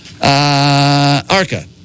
ARCA